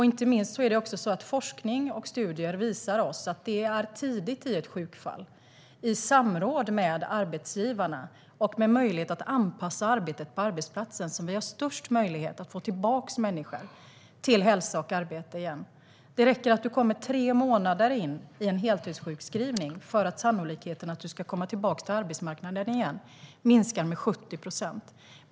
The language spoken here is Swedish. Inte minst visar forskning och studier att det är tidigt i sjukfall, i samråd med arbetsgivarna och med möjlighet att anpassa arbetet på arbetsplatsen, som vi har störst möjlighet att få tillbaka människor till hälsa och arbete. Det räcker att du kommer tre månader in i en heltidssjukskrivning för att sannolikheten att du ska komma tillbaka till arbetsmarknaden ska minska med 70 procent.